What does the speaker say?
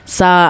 sa